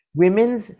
women's